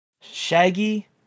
Shaggy